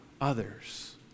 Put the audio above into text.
others